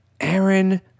Aaron